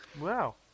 Wow